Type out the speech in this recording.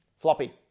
Floppy